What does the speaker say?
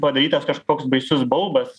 padarytas kažkoks baisus baubas